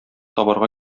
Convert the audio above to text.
табарга